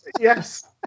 Yes